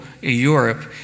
Europe